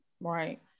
right